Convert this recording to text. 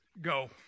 Go